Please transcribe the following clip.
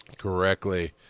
Correctly